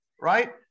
right